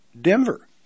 Denver